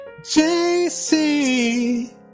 JC